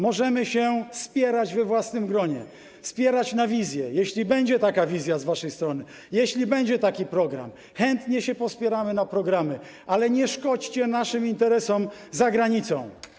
Możemy się spierać we własnym gronie, spierać na wizje, jeśli będzie taka wizja z waszej strony, jeśli będzie taki program, chętnie się pospieramy na programy, ale nie szkodźcie naszym interesom za granicą.